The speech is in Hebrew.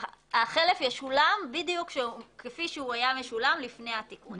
החלף ישולם בדיוק כפי שהיה משולם לפני התיקון.